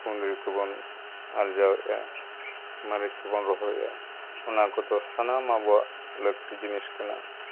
ᱠᱩᱸᱫᱽᱨᱤ ᱠᱚᱵᱚᱱ ᱟᱨᱡᱟᱣᱮᱫᱼᱟ ᱢᱟᱹᱨᱤᱪ ᱠᱚᱵᱚᱱ ᱨᱚᱦᱚᱭᱮᱫᱼᱟ ᱚᱱᱟ ᱠᱚᱫᱚ ᱥᱟᱱᱟᱢ ᱟᱵᱚᱣᱟᱜ ᱞᱟᱹᱠᱛᱤ ᱡᱤᱱᱤᱥ ᱠᱟᱱᱟ